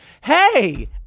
Hey